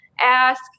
ask